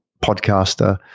podcaster